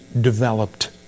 developed